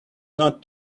not